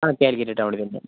ആ കാലികറ്റ് ടൗണിൽ തന്നെ